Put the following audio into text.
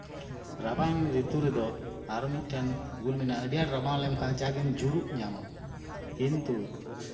ᱟᱨ ᱨᱟᱵᱟᱝ ᱨᱤᱛᱩ ᱨᱮᱫᱚ ᱟᱨ ᱢᱤᱫᱴᱟᱱ ᱜᱩᱱ ᱢᱮᱱᱟᱜᱼᱟ ᱟᱹᱰᱤ ᱟᱸᱴ ᱨᱟᱵᱟᱝ ᱞᱮᱱᱠᱷᱟᱱ ᱡᱟ ᱜᱮᱢ ᱡᱩᱨᱩᱜ ᱧᱟᱢᱟ ᱠᱤᱱᱛᱩ